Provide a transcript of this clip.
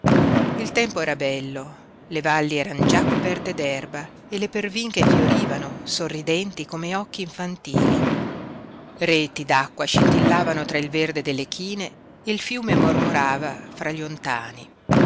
il tempo era bello le valli eran già coperte d'erba e le pervinche fiorivano sorridenti come occhi infantili reti d'acqua scintillavano tra il verde delle chine e il fiume mormorava fra gli ontani